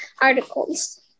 articles